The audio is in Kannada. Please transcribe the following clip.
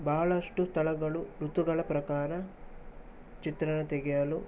ಬಹಳಷ್ಟು ಸ್ಥಳಗಳು ಋತುಗಳ ಪ್ರಕಾರ ಚಿತ್ರನ ತೆಗೆಯಲು